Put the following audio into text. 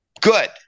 good